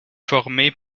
formé